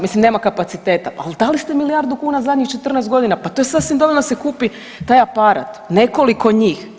Mislim nema kapaciteta, ali dali ste milijardu kuna zadnjih 14 godina, pa to je sasvim dovoljno da se kupi taj aparat, nekoliko njih.